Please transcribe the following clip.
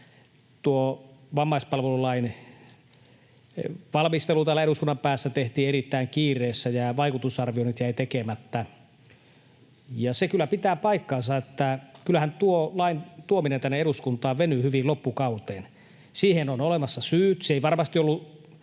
että vammaispalvelulain valmistelu täällä eduskunnan päässä tehtiin erittäin kiireessä ja vaikutusarvioinnit jäivät tekemättä. Se kyllä pitää paikkansa, että kyllähän lain tuominen tänne eduskuntaan venyi hyvin loppukauteen. Siihen on olemassa syyt. Se ei varmasti ollut